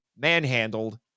manhandled